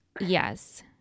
Yes